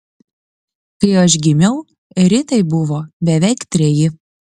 kai aš gimiau ritai buvo beveik treji